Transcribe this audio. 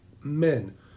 Men